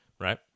right